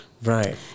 Right